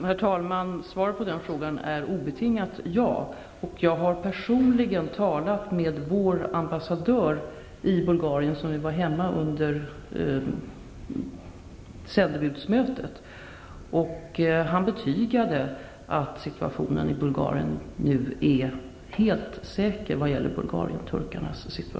Herr talman! Svaret på den frågan är obetingat ja. Jag har personligen talat med vår ambassadör i Bulgarien, när han var hemma för sändebudsmötet. Han betygade att situationen i Bulgarien nu är helt säker för Bulgarienturkarna.